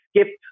skip